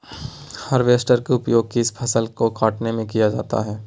Harvester का उपयोग किस फसल को कटने में किया जाता है?